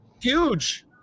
Huge